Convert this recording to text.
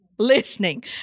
listening